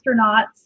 astronauts